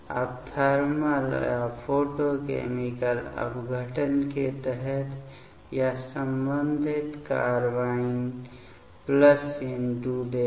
अब थर्मल या फोटोकैमिकल अपघटन के तहत यह संबंधित कार्बाइन प्लस N2 देगा